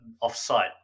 off-site